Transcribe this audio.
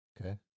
okay